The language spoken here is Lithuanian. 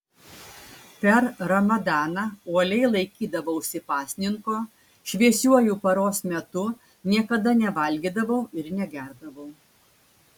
per ramadaną uoliai laikydavausi pasninko šviesiuoju paros metu niekada nevalgydavau ir negerdavau